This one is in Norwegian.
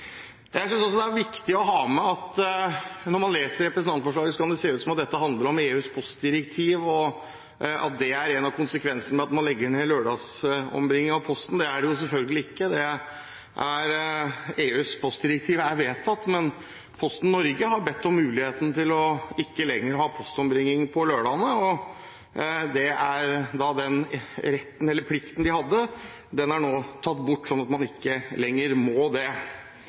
Jeg synes også det er viktig å ha med at når man leser representantforslaget, kan det se ut som om dette handler om EUs postdirektiv, og at det er en av konsekvensene av at man legger ned lørdagsombringingen av posten. Det er det selvfølgelig ikke. EUs postdirektiv er vedtatt, men Posten Norge har bedt om muligheten til ikke lenger ha postombringing på lørdager. Den retten eller plikten de hadde, er nå tatt bort, sånn at de ikke lenger må det.